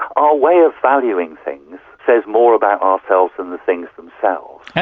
our way of valuing things says more about ourselves than the things themselves.